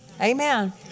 Amen